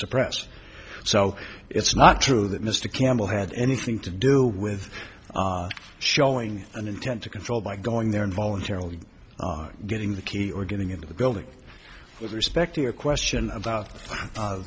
suppress so it's not true that mr campbell had anything to do with showing an intent to control by going there and voluntarily getting the key or getting into the building with respect to your question about